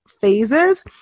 phases